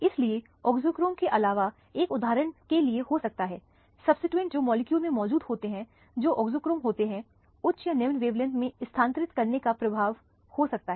इसलिए ऑक्सोक्रोम के अलावा एक उदाहरण के लिए हो सकता है सब्सीट्यूएंट जो मॉलिक्यूल में मौजूद होते हैं जो ऑक्सोक्रोम होते हैं उच्च या निम्न वैवलैंथ में स्थानांतरित करने का प्रभाव हो सकता है